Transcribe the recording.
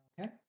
Okay